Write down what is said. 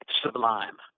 sublime